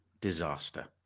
disaster